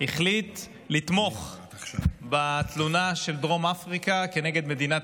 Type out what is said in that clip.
החליט לתמוך בתלונה של דרום אפריקה כנגד מדינת